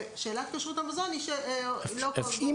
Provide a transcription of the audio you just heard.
ושאלת כשרות המזון לא --- בחוק.